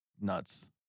Nuts